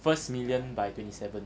first million by twenty seven